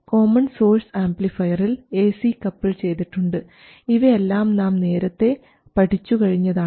common source ആംപ്ലിഫയറിൽ AC couple ചെയ്തിട്ടുണ്ട് ഇവയെല്ലാം നാം നേരത്തെ പഠിച്ചു കഴിഞ്ഞതാണ്